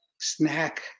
snack